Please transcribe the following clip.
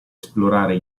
esplorare